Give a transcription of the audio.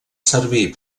servir